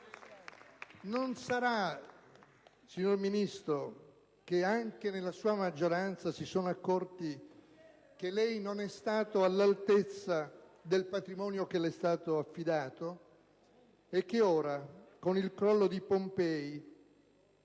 Non sarà, signor Ministro, che anche nella sua maggioranza si sono accorti *(Commenti del senatore Monti)* che lei non è stato all'altezza del patrimonio che le è stato affidato e che ora, con il crollo a Pompei